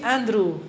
Andrew